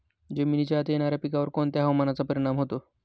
जमिनीच्या आत येणाऱ्या पिकांवर कोणत्या हवामानाचा परिणाम होतो?